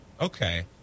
Okay